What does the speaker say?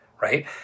right